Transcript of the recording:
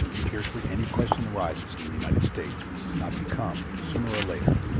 scarcely any question arises in the united states which does not become, sooner or later,